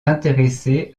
intéressés